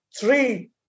three